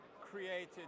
created